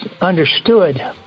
understood